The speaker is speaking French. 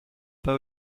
pas